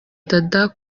dada